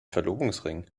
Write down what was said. verlobungsring